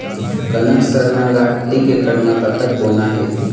कनक सरना ला एक एकड़ म कतक बोना हे?